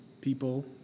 people